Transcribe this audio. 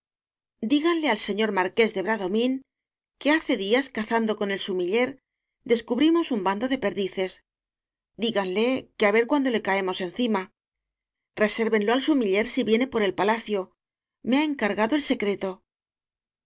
ganle al señor marqués de bradomín que hace días cazando con el sumiller descu brimos un bando de perdices díganle que á ver cuándo le caernos encima resérvenlo al sumiller si viene por el palacio me ha en cargado el secreto